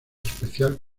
especial